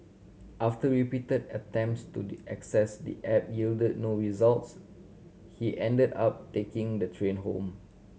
after repeated attempts to the access the app yielded no results he ended up taking the train home